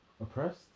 oppressed